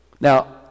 Now